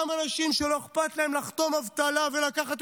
זה אותם אנשים שלא אכפת להם לחתום אבטלה ולקחת